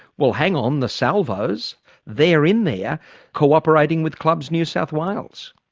well hang on, the salvos they're in there cooperating with clubs new south wales?